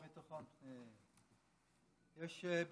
יש, יש.